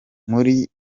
muri